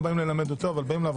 ולכן אני מברכת אותך על היוזמה.